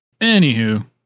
anywho